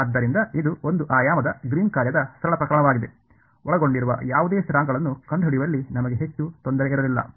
ಆದ್ದರಿಂದ ಇದು ಒಂದು ಆಯಾಮದ ಗ್ರೀನ್ನ ಕಾರ್ಯದ ಸರಳ ಪ್ರಕರಣವಾಗಿದೆ ಒಳಗೊಂಡಿರುವ ಯಾವುದೇ ಸ್ಥಿರಾಂಕಗಳನ್ನು ಕಂಡುಹಿಡಿಯುವಲ್ಲಿ ನಮಗೆ ಹೆಚ್ಚು ತೊಂದರೆ ಇರಲಿಲ್ಲ